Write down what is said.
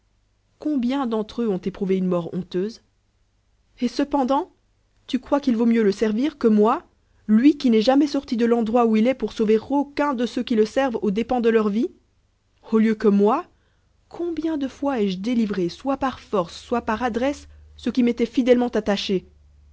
combien d'entr'eux out éprouvé une mort honteuse et cependant tu crois qu'il vaut m'ieux le servir'que moi lui qui n'est jamais sorti de l'endroit où il est pour sauver auqun de eu'it qui le servent aux dépens de leur vie nu lieu que moi combien de fois ai-je délivré soit par force soit pai adresse ceux n'étoient fidèlement attachés